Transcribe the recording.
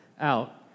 out